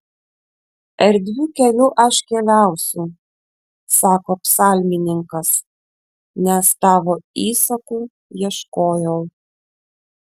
erdviu keliu aš keliausiu sako psalmininkas nes tavo įsakų ieškojau